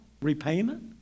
repayment